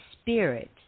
Spirit